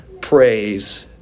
praise